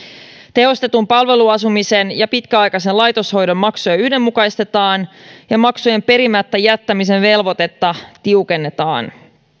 tehostetun palveluasumisen ja pitkäaikaisen laitoshoidon maksuja yhdenmukaistetaan ja maksujen perimättä jättämisen velvoitetta tiukennetaan